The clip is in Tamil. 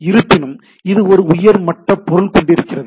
இருப்பினும் இது ஒரு உயர் மட்ட பொருள் கொண்டிருக்கிறது